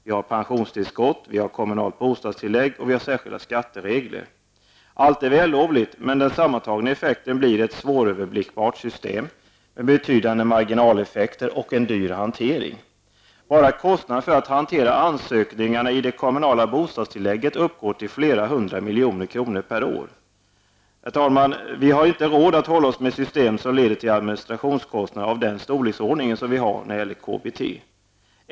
Vi har pensionstillskott, kommunalt bostadstillägg och särskilda skatteregler. Allt är vällovligt, men den sammantagna effekten blir ett svåröverblickbart system, med betydande marginaleffekter och en dyr hantering. Bara kostnaden för att hantera ansökningarna om det kommunala bostadstillägget uppgår till flera hundra miljoner kronor per år. Herr talman! Vi har inte råd att hålla oss med ett system som leder till administrationskostnader i den storleksordning som vi har när det gäller KBT.